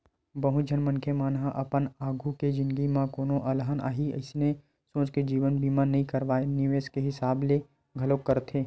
बहुत झन मनखे मन ह अपन आघु के जिनगी म कोनो अलहन आही अइसने सोच के जीवन बीमा नइ कारय निवेस के हिसाब ले घलोक करथे